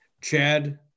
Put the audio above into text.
Chad